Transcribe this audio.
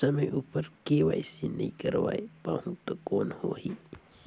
समय उपर के.वाई.सी नइ करवाय पाहुं तो कौन होही?